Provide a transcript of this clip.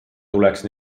tuleks